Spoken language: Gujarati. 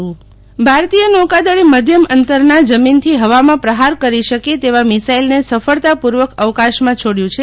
શીતલ વૈશ્નવ નૌકાદળ મિસાઈલ ભારતીય નૌકાદળે મધ્યમ અંતરના જમીનથી હવામાં પ્રહાર કરી શકે તેવા મિસાઇલને સફળતાપૂર્વક અવકાશમાં છોડ્યું છે